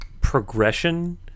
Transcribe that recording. progression